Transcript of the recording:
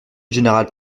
général